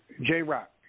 J-Rock